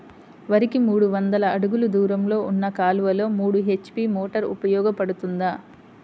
వరికి మూడు వందల అడుగులు దూరంలో ఉన్న కాలువలో మూడు హెచ్.పీ మోటార్ ఉపయోగపడుతుందా?